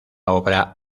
obra